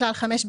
בכלל 5,